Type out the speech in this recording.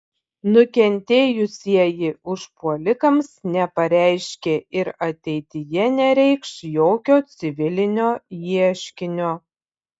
nukentėjusieji užpuolikams nepareiškė ir ateityje nereikš jokio civilinio ieškinio